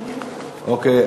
אוקיי.